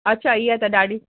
अच्छा इहा त ॾाढी